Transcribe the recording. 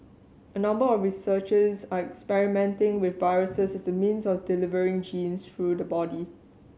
a number of researchers are experimenting with viruses as a means for delivering genes through the body